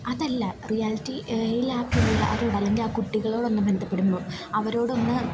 അതല്ല റിയാലിറ്റി ഇല് ആ പിള്ളാരോട് അല്ലെങ്കിൽ ആ കുട്ടികളോടൊന്ന് ബന്ധപ്പെടുമ്പോൾ അവരോടൊന്ന്